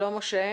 שלום משה.